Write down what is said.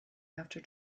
after